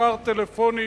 כמה טלפונים